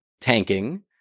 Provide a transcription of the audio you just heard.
tanking